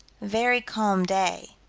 very calm day.